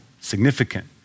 significant